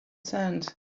sand